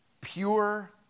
pure